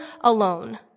alone